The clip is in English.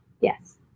Yes